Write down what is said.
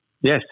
Yes